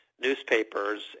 newspapers